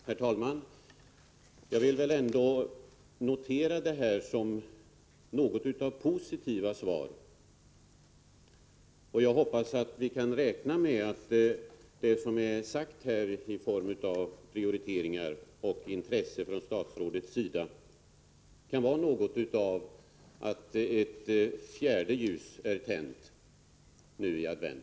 Herr talman! Jag vill ändå notera det positiva i svaret. Jag hoppas att vi kan räkna med att det som är sagt här beträffande prioritering och intresse från statsrådets sida innebär, symboliskt, att ett fjärde ljus är tänt, nu i advent.